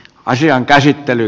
asian käsittely